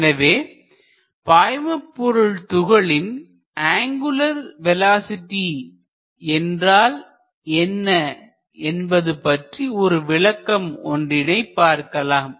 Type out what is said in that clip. எனவே பாய்மபொருள் துகளின் அங்குலர் வேலோஸிட்டி என்றால் என்ன என்பது பற்றி ஒரு விளக்கம் ஒன்றினை பார்க்கலாம்